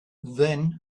then